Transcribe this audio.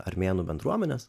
armėnų bendruomenės